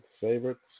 favorites